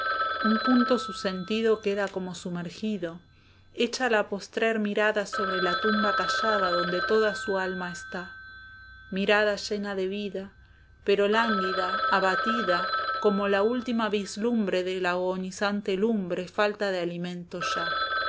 un punto su sentido queda como sumergido echa la postrer mirada sobre la tumba callada donde toda su alma está mirada llena de vida pero lánguida abatida como la última vislumbre de la agonizante lumbre falta de alimento ya